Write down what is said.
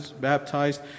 baptized